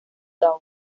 dow